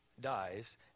dies